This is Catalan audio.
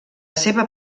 seva